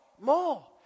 More